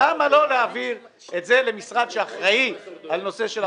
למה לא להעביר את זה למשרד שאחראי על נושא אבטחה?